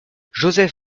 joseph